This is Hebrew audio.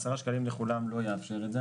עשרה שקלים לכולם לא יאפשר את זה,